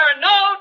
no